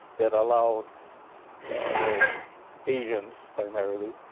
that allowed the asians primarily,